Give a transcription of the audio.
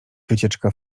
wycieczka